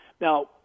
Now